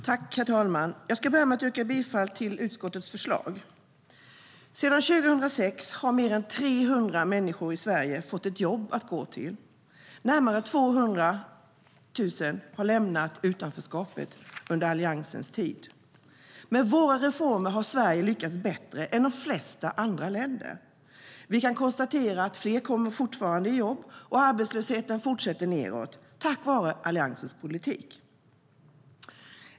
Herr talman! Jag ska börja med att yrka bifall till utskottets förslag. Sedan 2006 har mer än 300 000 människor fått ett jobb att gå till. Närmare 200 000 har lämnat utanförskapet under alliansregeringens tid. Med våra reformer har Sverige lyckats bättre än de flesta andra länder. Vi kan konstatera att fler fortfarande kommer i jobb och att arbetslösheten fortsätter nedåt, tack vare Alliansens politik.